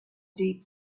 deep